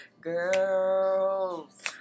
girls